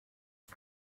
iki